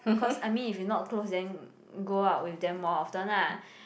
cause I mean if you not close then go out with them more often lah